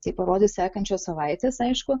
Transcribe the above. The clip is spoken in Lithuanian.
tai parodys sekančios savaitės aišku